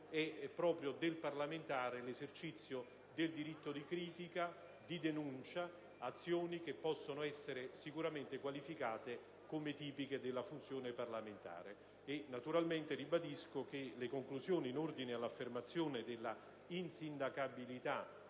è proprio del parlamentare l'esercizio del diritto di critica e di denuncia, azioni che possono essere sicuramente qualificate come tipiche della funzione parlamentare. Ribadisco naturalmente che le conclusioni in ordine all'affermazione dell'insindacabilità,